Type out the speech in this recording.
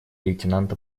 лейтенанта